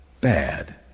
bad